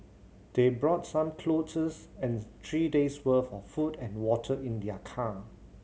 they brought some clothes and three days' worth of food and water in their car